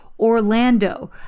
Orlando